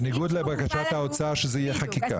בניגוד לבקשת האוצר שזה יהיה חקיקה.